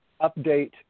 update